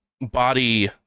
body